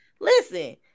listen